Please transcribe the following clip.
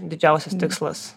didžiausias tikslas